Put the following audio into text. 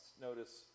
Notice